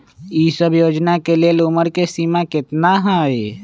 ई सब योजना के लेल उमर के सीमा केतना हई?